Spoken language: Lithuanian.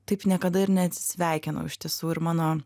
taip niekada ir neatsisveikinau iš tiesų ir mano